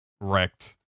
Wrecked